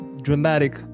dramatic